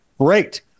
Great